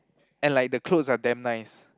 and like the clothes are damn nice